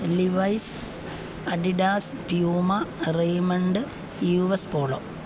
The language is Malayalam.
Levi's Adidas Puma Raymond U S polo